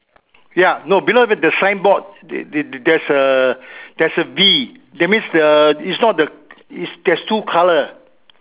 ya no below the sign board the the there's a there's a B that means the it's not the there's two colour